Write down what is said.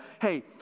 hey